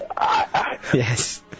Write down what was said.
Yes